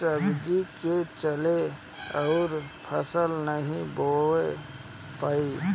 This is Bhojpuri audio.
सब्जी के चलते अउर फसल नाइ बोवा पाई